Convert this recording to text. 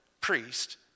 priest